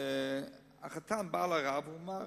החתן בא לרב ואמר: